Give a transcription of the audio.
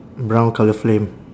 brown colour frame